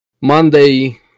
Monday